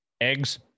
eggs